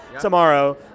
tomorrow